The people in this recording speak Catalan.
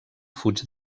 fuig